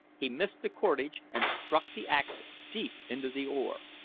he missed the cordage and struck the axe deep into the oar.